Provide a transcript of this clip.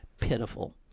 Pitiful